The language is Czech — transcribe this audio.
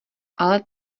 ale